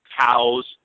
cows